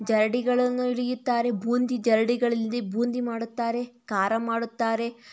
ಜರಡಿಗಳನ್ನು ಹಿಡಿಯುತ್ತಾರೆ ಬೂಂದಿ ಜರಡಿಗಳಲ್ಲಿ ಬೂಂದಿ ಮಾಡುತ್ತಾರೆ ಖಾರ ಮಾಡುತ್ತಾರೆ